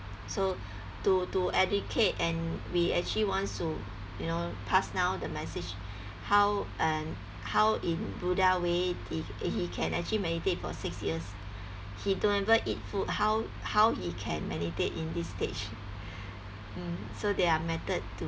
so to to educate and we actually wants to you know pass down the message how uh how in buddha way he he can actually meditate for six years he don't even eat food how how he can meditate in this stage mm so there are method to